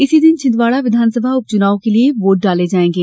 इसी दिन छिन्दवाड़ा विधानसभा उपचुनाव के लिये भी वोट डाले जाएंगे